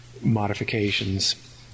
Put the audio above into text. modifications